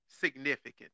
significant